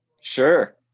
Sure